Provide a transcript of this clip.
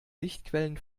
lichtquellen